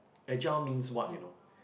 a gel means what you know